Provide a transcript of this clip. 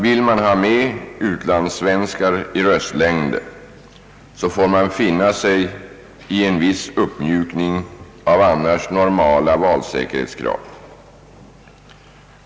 Vill man ha med utlandssvenskar i röstlängder får man finna sig i en viss uppmjukning av annars normala valsäkerhetskrav.